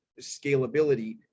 scalability